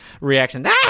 reaction